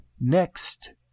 next